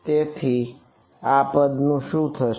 તેથી આ પદ નું શું થશે